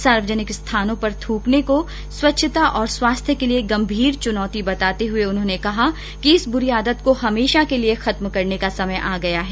सार्वजनिक स्थानों पर थूकने को स्वच्छता और स्वास्थ्य के लिए गंभीर चुनौती बताते हए उन्होंने कहा कि इस बुरी आदत को हमेशा के लिए खत्म करने का समय आ गया है